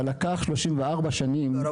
אבל לקח 34 שנים --- לא,